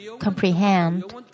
comprehend